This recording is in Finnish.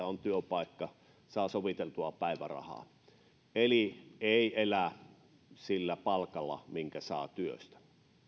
on työpaikka saa soviteltua päivärahaa eli ei elä sillä palkalla minkä saa työstä